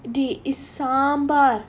they it's sambal